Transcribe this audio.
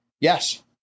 Yes